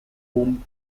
boom